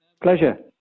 Pleasure